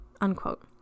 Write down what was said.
unquote